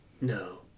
No